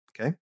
okay